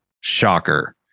Shocker